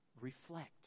reflect